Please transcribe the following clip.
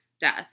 death